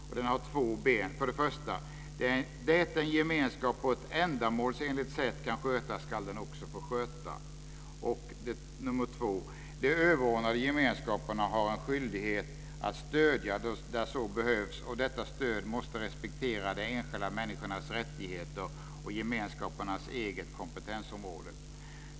Principen har två ben: För det första: Det en gemenskap på ett ändamålsenligt sätt kan sköta ska den också få sköta. För det andra: De överordnade gemenskaperna har en skyldighet att stödja där så behövs, och detta stöd måste respektera de enskilda människornas rättigheter och gemenskapernas eget kompetensområde.